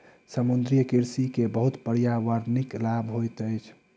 समुद्रीय कृषि के बहुत पर्यावरणिक लाभ होइत अछि